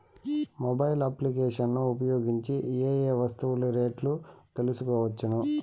Mobile applications ను ఉపయోగించి ఏ ఏ వస్తువులు రేట్లు తెలుసుకోవచ్చును?